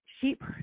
sheep